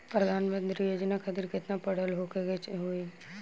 प्रधानमंत्री योजना खातिर केतना पढ़ल होखे के होई?